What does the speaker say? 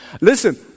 Listen